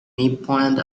midpoint